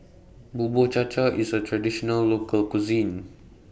Bubur Cha Cha IS A Traditional Local Cuisine